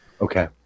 okay